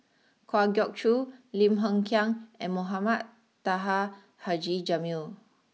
Kwa Geok Choo Lim Hng Kiang and Mohamed Taha Haji Jamil